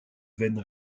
veine